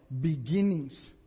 beginnings